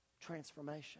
Transformation